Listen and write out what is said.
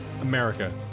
America